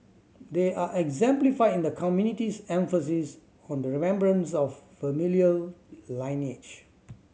they are exemplified in the community's emphasis on the remembrance of familial lineage